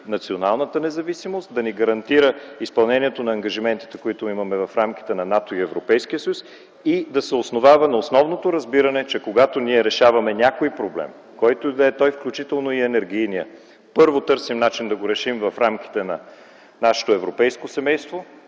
националната независимост, да ни гарантира изпълнението на ангажиментите, които имаме в рамките на НАТО и Европейския съюз, и да се основава на основното разбиране, че когато решаваме някой проблем, който и да е той, включително и енергийния, първо, търсим начин да го решим в рамките на нашето европейско семейство